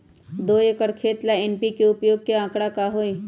दो एकर खेत ला एन.पी.के उपयोग के का आंकड़ा होई?